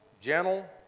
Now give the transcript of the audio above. gentle